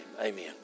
amen